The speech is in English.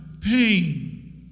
pain